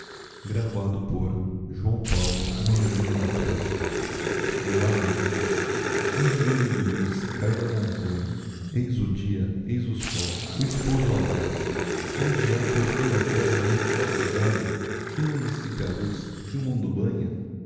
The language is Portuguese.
céo ao menos lamento um diluvio de luz cae da montanha eis o dia eis o sol o esposo amado onde ha por toda a terra um só cuidado que não dissipe a luz que o mundo banha